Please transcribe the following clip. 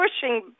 pushing